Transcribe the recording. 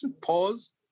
pause